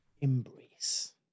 embrace